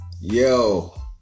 yo